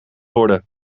worden